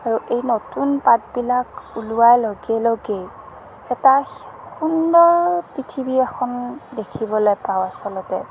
আৰু এই নতুন পাতবিলাক ওলোৱাৰ লগে লগে এটা সুন্দৰ পৃথিৱী এখন দেখিবলৈ পাওঁ আচলতে